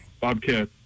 Bobcat